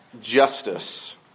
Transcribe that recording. justice